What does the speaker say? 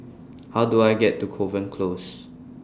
How Do I get to Kovan Close